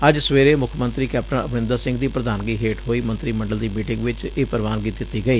ਅੱਜ ਸਵੇਰੇ ਮੁੱਖ ਮੰਤਰੀ ਕੈਪਟਨ ਅਮਰੈਂਦਰ ਸਿੰਘ ਦੀ ਪ੍ਰਧਾਨਗੀ ਹੇਠ ਹੋਈ ਮੰਤਰੀ ਮੰਡਲ ਦੀ ਮੀਟਿੰਗ ਵਿੱਚ ਇਹ ਪ੍ਰਵਾਨਗੀ ਦਿੱਤੀ ਗਈ